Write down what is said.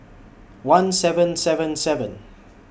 one seven seven seven